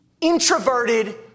introverted